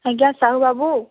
ଆଜ୍ଞା ସାହୁ ବାବୁ